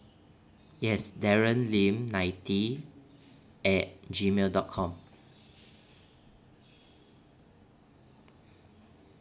yes darren lim ninety at Gmail dot com